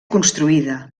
construïda